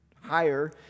higher